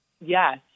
Yes